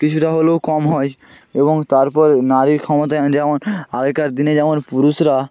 কিছুটা হলেও কম হয় এবং তারপর নারীর ক্ষমতায়ন যেমন আগেকার দিনে যেমন পুরুষরা